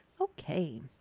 Okay